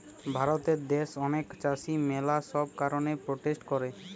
ভারত দ্যাশে অনেক চাষী ম্যালা সব কারণে প্রোটেস্ট করে